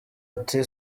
ati